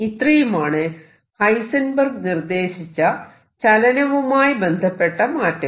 ഇത്രയുമാണ് ഹൈസെൻബെർഗ് നിർദേശിച്ച ചലനവുമായി ബന്ധപ്പെട്ട മാറ്റങ്ങൾ